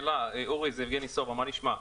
אורי, זה יבגני סובה, מה נשמע?